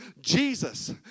Jesus